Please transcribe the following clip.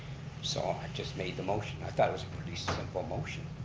so i just made the motion. i thought it was a pretty simple motion.